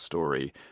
story